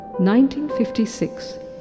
1956